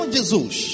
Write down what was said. Jesus